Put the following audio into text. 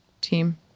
team